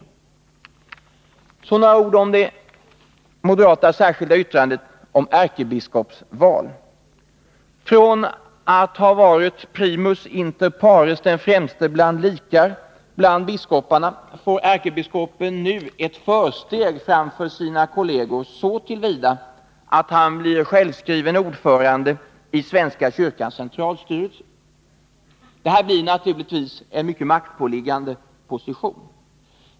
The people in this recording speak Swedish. Låt mig också säga några ord om det moderata särskilda yttrandet om ärkebiskopsval. Från att ha varit primus inter pares, den främste bland likar, bland biskoparna får ärkebiskopen nu ett försteg framför sina kolleger så till vida att han blir självskriven ordförande i svenska kyrkans centralstyrelse. Detta blir naturligtvis en mycket maktpåliggande position.